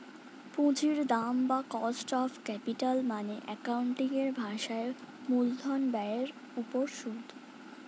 পুঁজির দাম বা কস্ট অফ ক্যাপিটাল মানে অ্যাকাউন্টিং এর ভাষায় মূলধন ব্যয়ের উপর সুদ